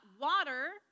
water